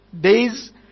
days